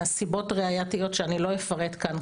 מסיבות ראייתיות שאני לא אפרט כאן,